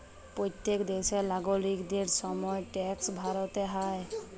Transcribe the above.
প্যত্তেক দ্যাশের লাগরিকদের সময় মত ট্যাক্সট ভ্যরতে হ্যয়